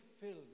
filled